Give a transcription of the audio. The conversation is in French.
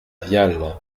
viale